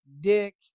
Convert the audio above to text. dick